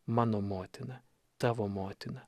mano motina tavo motina